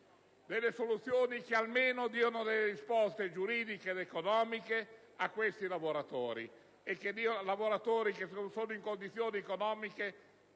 delle soluzioni che almeno diano delle risposte giuridiche ed economiche a questi lavoratori che versano in condizioni economiche